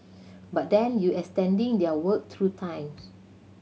but then you extending their work through times